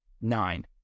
Nine